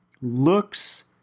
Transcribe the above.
looks